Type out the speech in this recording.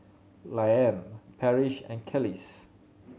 Liane Parrish and Kelis